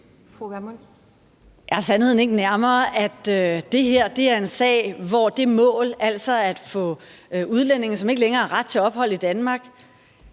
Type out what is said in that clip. Er sandheden ikke nærmere, at det her er en sag, hvor det mål, altså at få udlændinge, som ikke længere har ret til at opholde sig i Danmark,